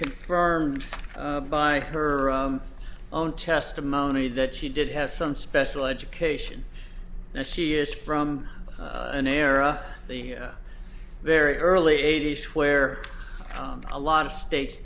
confirmed by her own testimony that she did have some special education that she is from an era the very early eighty's where a lot of states